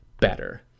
better